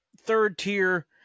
third-tier